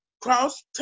Cross